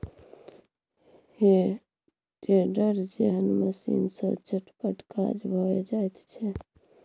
हे टेडर जेहन मशीन सँ चटपट काज भए जाइत छै